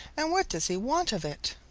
and what does he want of it?